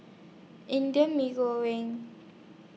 Indian Mee Goreng